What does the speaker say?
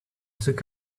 took